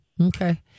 Okay